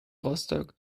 rostock